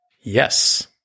Yes